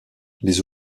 les